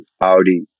Audi